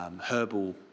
herbal